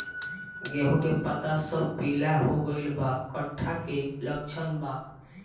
गेहूं के पता सब पीला हो गइल बा कट्ठा के लक्षण बा?